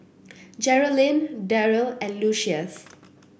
Geralyn Deryl and Lucius